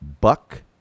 Buck